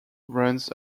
runs